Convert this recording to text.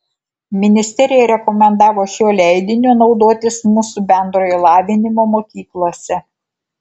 ministerija rekomendavo šiuo leidiniu naudotis mūsų bendrojo lavinimo mokyklose